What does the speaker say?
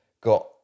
Got